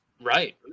right